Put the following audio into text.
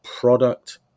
product